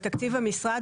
בתקציב המשרד,